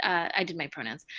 i did my pronouns.